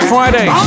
Friday